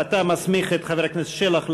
חבר הכנסת שלח.